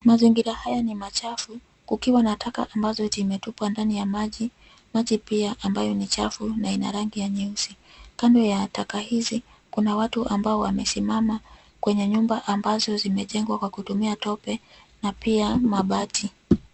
Mazingira haya ni machafu kukiwa na taka ambazo zimetupwa ndani ya maji, maji pia ambayo ni chafu na ina rangi ya nyeusi. Kando ya taka hizi kuna watu ambao wamesimama kwenye nyumba ambazo zimejengwa kwa kutumia tope na pia mabati.